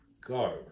go